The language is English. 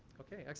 okay.